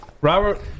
Robert